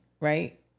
Right